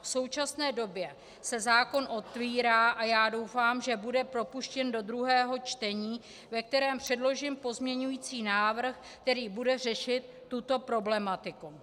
V současné době se zákon otvírá a já doufám, že bude propuštěn do druhého čtení, ve kterém předložím pozměňovací návrh, který bude řešit tuto problematiku.